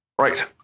Right